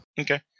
Okay